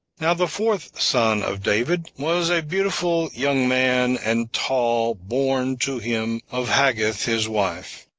now the fourth son of david was a beautiful young man, and tall, born to him of haggith his wife.